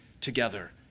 together